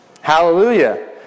Hallelujah